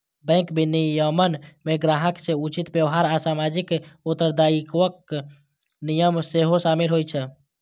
bank विनियमन मे ग्राहक सं उचित व्यवहार आ सामाजिक उत्तरदायित्वक नियम सेहो शामिल होइ छै